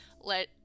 let